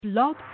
Blog